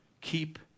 keep